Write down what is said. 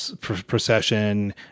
procession